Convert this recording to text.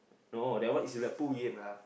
no that one is like pool game lah